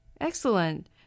Excellent